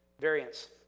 variants